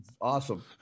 awesome